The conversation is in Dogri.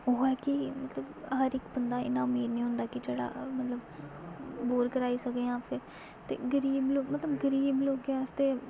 ओह् ऐ कि मतलब हर इक बंदा इ'न्ना अमीर निं होंदा कि जेह्ड़ा मतलब बोर कराई सकै जां फिर ते गरीब मतलब गरीब लोकें आस्तै